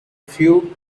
few